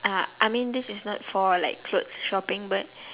uh I mean this is not for like clothes shopping but